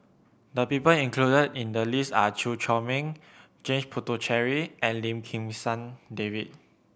the people included in the list are Chew Chor Meng James Puthucheary and Lim Kim San David